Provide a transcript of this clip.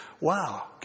Wow